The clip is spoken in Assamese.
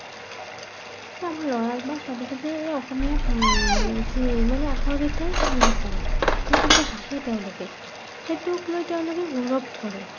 এ আমাৰ ল'ৰা বা ছোৱালীজনীয়ে এ অসমীয়া চি মানে আখৰ কেইটাই চিনি নাপায় সেইটো কৈ হাঁহে তেওঁলোকে সেইটোক লৈ তেওঁলোকে গৌৰৱ কৰে